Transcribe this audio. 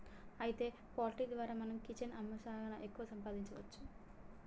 అయితే పౌల్ట్రీ ద్వారా మనం చికెన్ అమ్మి సాన ఎక్కువ సంపాదించవచ్చు